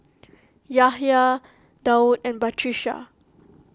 Yahya Daud and Batrisya